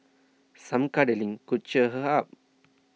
some cuddling could cheer her up